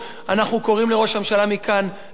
אנחנו קוראים לראש הממשלה מכאן לעצור.